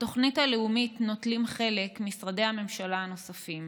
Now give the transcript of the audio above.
בתוכנית הלאומית נוטלים חלק משרדי ממשלה נוספים: